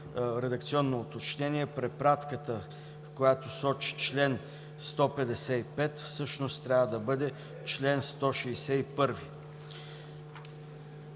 редакционно уточнение – препратката, която сочи чл. 155, всъщност трябва да бъде чл. 161.